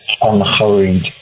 unhurried